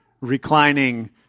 reclining